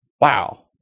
Wow